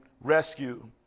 rescue